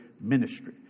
ministry